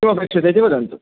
किम् अपेक्षते इति वदन्तु